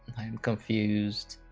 i'm confused